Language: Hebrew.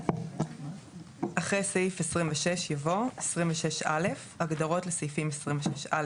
(2)אחרי סעיף 26 יבוא: "הגדרות לסעיפים 26א